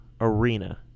Arena